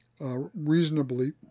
reasonably